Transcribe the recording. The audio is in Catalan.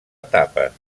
etapes